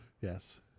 Yes